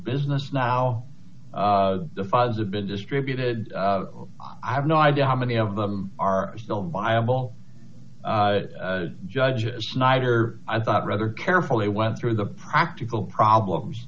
business now the funds have been distributed i have no idea how many of them are still viable judges snyder i thought rather carefully went through the practical problems